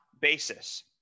basis